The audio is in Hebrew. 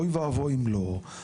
אוי ואבוי אם לא,